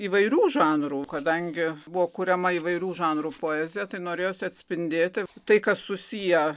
įvairių žanrų kadangi buvo kuriama įvairių žanrų poezija tai norėjosi atspindėti tai kas susiję